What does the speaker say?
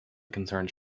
concerns